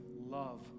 love